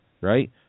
right